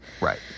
Right